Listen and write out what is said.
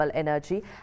energy